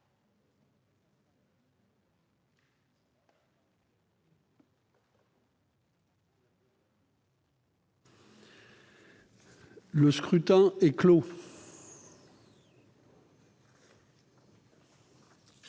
Le scrutin est clos.